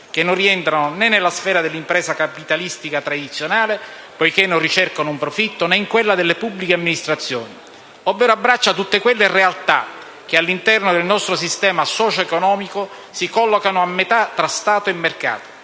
che non rientrano né nella sfera dell'impresa capitalistica tradizionale, poiché non ricercano un profitto, né in quella delle pubbliche amministrazioni; ovvero abbraccia tutte quelle realtà che all'interno del nostro sistema socio-economico si collocano a metà tra Stato e mercato.